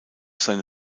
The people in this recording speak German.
seine